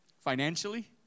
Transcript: financially